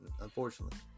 unfortunately